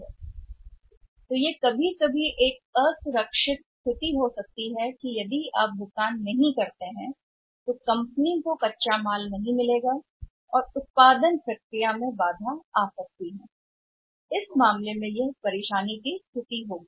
इसलिए कभी कभी यह असुरक्षित स्थिति हो सकती है कि अगर हमने भुगतान नहीं किया है कंपनी नहीं मिलेगी फर्म को कच्चा माल नहीं मिलेगा और उत्पादन प्रक्रिया मिल सकती है बाधा और अगर यह उस स्थिति में बाधा बन जाता है तो यह एक परेशानी की स्थिति होगी